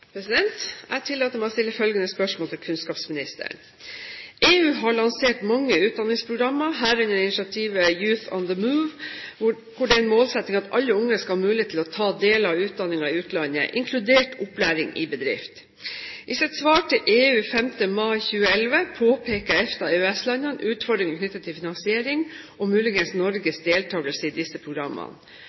har lansert mange utdanningsprogrammer, herunder initiativet Youth on the Move, hvor det er en målsetting at alle unge skal ha mulighet til å ta deler av utdanningen i utlandet, inkludert opplæring i bedrift. I sitt svar til EU 5. mai 2011 påpeker EFTA/EØS-landene utfordringer knyttet til finansieringen og muligens Norges deltakelse i disse programmene.